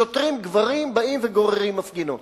שוטרים גברים באים וגוררים מפגינות.